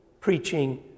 preaching